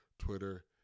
Twitter